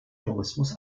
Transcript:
tourismus